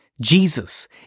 Jesus